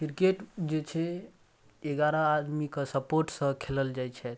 cricket जे छै एगारह आदमीके सपोर्टसँ खेलल जाइ छथि